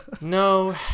No